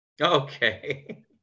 Okay